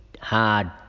hard